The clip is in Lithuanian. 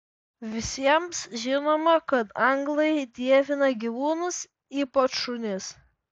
visiems žinoma kad anglai dievina gyvūnus ypač šunis